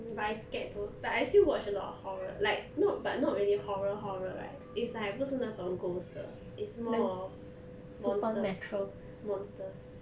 but I scared though but I still watch a lot of horror like not but not really horror horror right is like 不是那种 ghosts 的 is more of monsters monsters